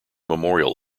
memorial